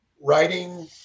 writing